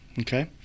Okay